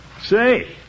Say